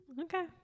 Okay